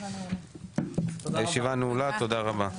הישיבה נעולה, תודה רבה.